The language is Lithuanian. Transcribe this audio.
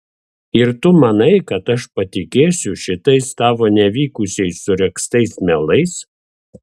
ir tu manai kad aš patikėsiu šitais tavo nevykusiai suregztais melais